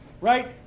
right